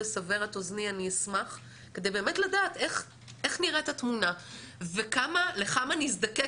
לסבר את אוזני אני אשמח כדי באמת לדעת איך נראית התמונה ולכמה נזדקק,